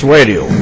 Radio